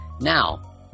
Now